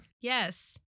Yes